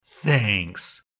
Thanks